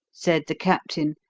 said the captain,